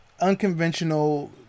unconventional